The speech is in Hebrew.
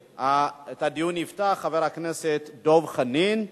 את הדיון יפתח חבר הכנסת דב חנין,